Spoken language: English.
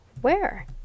where